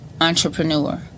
entrepreneur